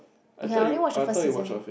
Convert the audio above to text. okay lah I only watch the first season